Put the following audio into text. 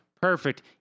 perfect